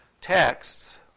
texts